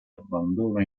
abbandono